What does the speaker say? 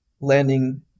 landing